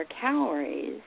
calories